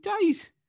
days